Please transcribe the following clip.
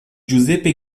giuseppe